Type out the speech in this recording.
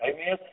Amen